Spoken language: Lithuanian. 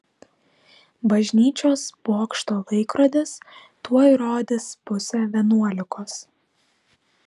bažnyčios bokšto laikrodis tuoj rodys pusę vienuolikos